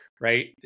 right